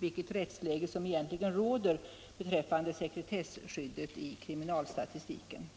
vilket rättsläge som egentligen råder beträffande sekretesskyddet i kriminalstatistiken.